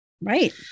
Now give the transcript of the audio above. Right